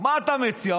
מה אתה מציע?